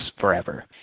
forever